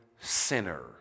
sinner